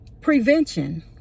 prevention